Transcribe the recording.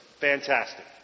Fantastic